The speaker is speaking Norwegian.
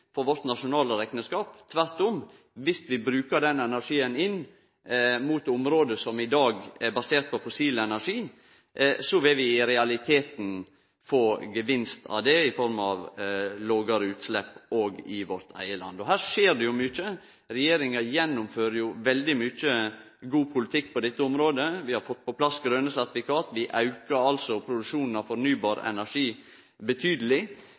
nasjonale rekneskap. Dersom vi brukar den energien inn mot område som i dag er baserte på fossil energi, vil vi i realiteten få gevinst av det i form av lågare utslepp òg i vårt eige land. Her skjer det mykje. Regjeringa gjennomfører veldig mykje god politikk på dette området. Vi har fått på plass grøne sertifikat, vi aukar produksjonen av fornybar energi betydeleg,